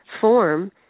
form